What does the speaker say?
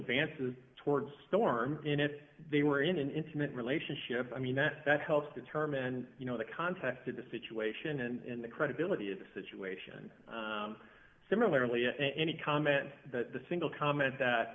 advances toward storm in if they were in an intimate relationship i mean that helps determine you know the context of the situation and the credibility of the situation similarly and any comment that the single comment that